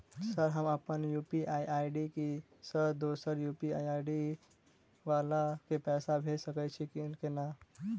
Sir हम अप्पन UPI ID सँ दोसर यु.पी.आई आई.डी वला केँ पैसा भेजि सकै छी नै?